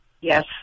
Yes